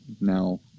now